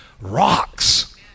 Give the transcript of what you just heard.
rocks